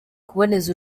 kuboneza